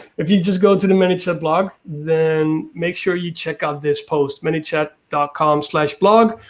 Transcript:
if you just go to the manychat blog, then make sure you check out this post. manychat com like blog.